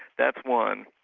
that's one.